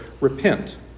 Repent